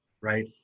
right